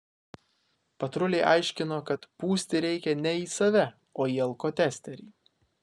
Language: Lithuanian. patruliai aiškino kad pūsti reikia ne į save o į alkotesterį